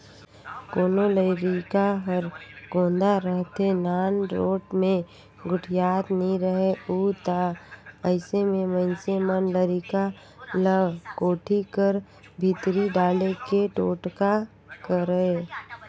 कोनो लरिका हर कोदा रहथे, नानरोट मे गोठियात नी रहें उ ता अइसे मे मइनसे मन लरिका ल कोठी कर भीतरी डाले के टोटका करय